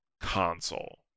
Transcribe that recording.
console